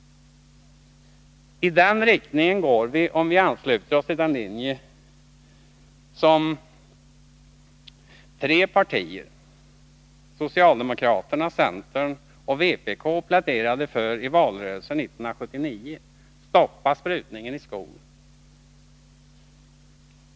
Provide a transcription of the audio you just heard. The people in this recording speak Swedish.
I den riktningen går vi om vi ansluter oss till den linje som tre partier, socialdemokraterna, centern och vpk, pläderade för i valrörelsen 1979: Stoppa sprutningen i skogen!